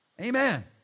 Amen